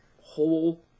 whole